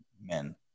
men